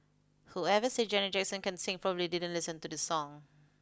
whoever said Janet Jackson can't sing probably didn't listen to this song